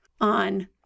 on